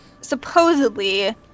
supposedly